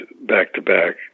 back-to-back